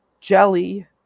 Jelly